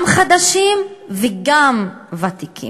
גם חדשים וגם ותיקים.